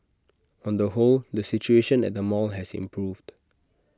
on the whole the situation at the mall has improved